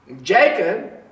Jacob